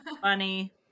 Funny